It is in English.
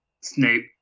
snape